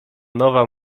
nowa